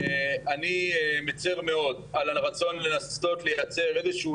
אני מצר מאוד על הרצון לנסות לייצר איזשהו